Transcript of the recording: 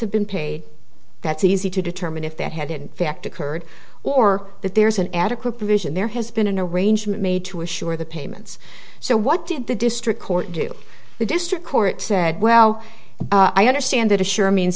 have been paid that's easy to determine if that had in fact occurred or that there's an adequate provision there has been an arrangement made to assure the payments so what did the district court do the district court said well i understand that a sure means